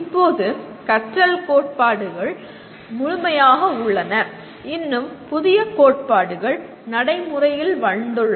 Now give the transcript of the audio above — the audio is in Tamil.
இப்போது கற்றல் கோட்பாடுகள் முழுமையாக உள்ளன இன்னும் புதிய கோட்பாடுகள் நடைமுறையில் வந்துள்ளன